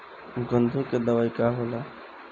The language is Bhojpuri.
गंधी के दवाई का होला?